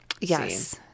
Yes